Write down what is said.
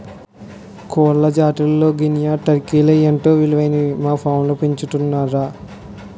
కోళ్ల జాతుల్లో గినియా, టర్కీలే ఎంతో విలువైనవని మా ఫాంలో పెంచుతున్నాంరా